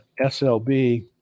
SLB